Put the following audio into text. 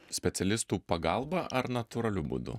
specialistų pagalba ar natūraliu būdu